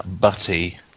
butty